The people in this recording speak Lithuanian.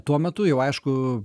tuo metu jau aišku